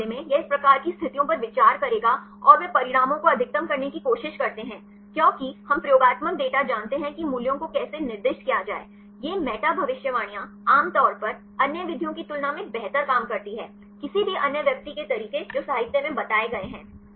इस मामले में यह इस प्रकार की स्थितियों पर विचार करेगा और वे परिणामों को अधिकतम करने की कोशिश करते हैं क्योंकि हम प्रयोगात्मक डेटा जानते हैं कि मूल्यों को कैसे निर्दिष्ट किया जाए ये मेटा भविष्यवाणियां आमतौर पर अन्य विधियों की तुलना में बेहतर काम करती हैं किसी भी अन्य व्यक्ति के तरीके जो साहित्य में बताए गए हैं